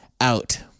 out